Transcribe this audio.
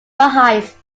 heights